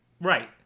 Right